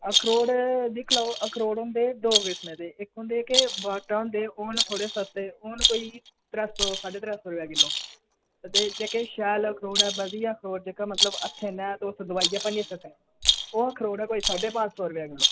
अखरोट दिक्खी लैओ अखरोट होंदे दो किस्मे दे इक होंदे के बाटा होंदे ओह् न थोह्ड़े सख्त ओह् न कोई त्रै सौ साड्ढे त्रै सौ रपेआ किल्लो ते जेह्के शैल अखरोट ऐ बधिया अखरोट जेह्के हत्थें कन्नै तुस दबाइयै भन्नी सकने ओह् अखरोट ऐ कोई साड्ढे पंज सौ रपेऽ किल्लो